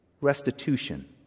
restitution